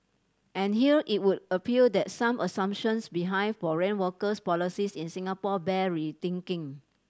and here it would appear that some assumptions behind foreign workers policies in Singapore bear rethinking